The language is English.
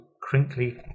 crinkly